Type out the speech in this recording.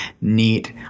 neat